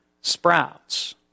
sprouts